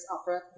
opera